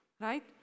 right